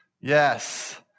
Yes